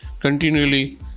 continually